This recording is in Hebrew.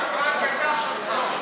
אל תגיד לי "שקרן", כי אתה שקרן.